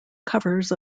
covers